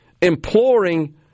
imploring